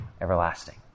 everlasting